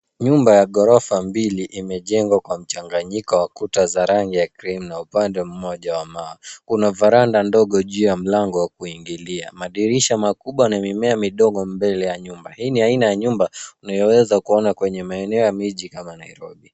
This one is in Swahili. Nyumba ya ghorofa mbili imejengwa kwa mchanganyiko wa kuta za rangi ya krimu na upande mmoja wa mawe. Kuna veranda ndogo juu ya mlango wa kuingilia, madirisha makubwa na mimea midogo mbele ya nyumba. Hii ni aina ya nyumba unayoweza kuona kwenye maeneo ya miji kama Nairobi.